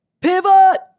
Pivot